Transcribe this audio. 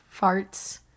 farts